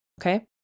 Okay